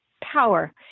power